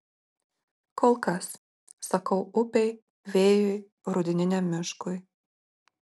kol kas sakau upei vėjui rudeniniam miškui